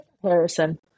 comparison